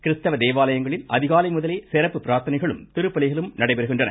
கிறிஸ்தவ தேவாலயங்களில் அதிகாலை முதலே சிறப்பு பிரார்த்தனைகளும் திருப்பலிகளும் நடைபெறுகின்றன